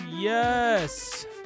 Yes